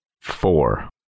four